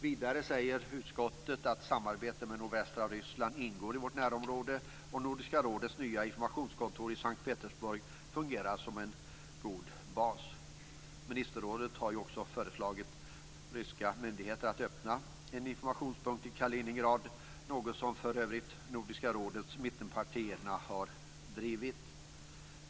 Vidare prioriterar utskottet ett samarbete med nordvästra Ryssland som ingår i vårt närområde, och Nordiska rådets nya informationskontor i S:t Petersburg fungerar som en god bas. Ministerrådet har också föreslagit ryska myndigheter att öppna en informationspunkt i Kaliningrad, något som för övrigt Nordiska rådets mittenpartier har drivit.